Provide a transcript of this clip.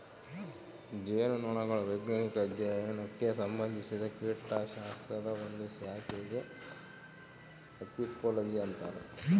ಜೇನುನೊಣಗಳ ವೈಜ್ಞಾನಿಕ ಅಧ್ಯಯನಕ್ಕೆ ಸಂಭಂದಿಸಿದ ಕೀಟಶಾಸ್ತ್ರದ ಒಂದು ಶಾಖೆಗೆ ಅಫೀಕೋಲಜಿ ಅಂತರ